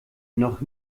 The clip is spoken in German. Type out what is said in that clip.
noch